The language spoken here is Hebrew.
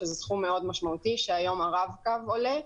שזה סכום מאוד משמעותי שהיום הרב-קו עולה.